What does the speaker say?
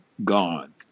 gone